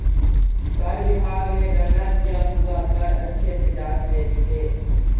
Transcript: कर विभाग ने गणना किया हुआ कर अच्छे से जांच लेली हे